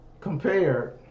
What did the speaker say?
compared